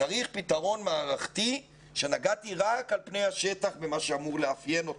צריך פתרון מערכתי שנגעתי רק על פני השטח במה שאמור לאפיין אותו.